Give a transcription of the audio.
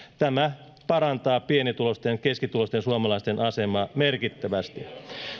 tämä parantaa pienituloisten ja keskituloisten suomalaisten asemaa merkittävästi